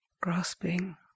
grasping